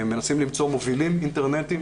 מנסים למצוא מובילים אינטרנטיים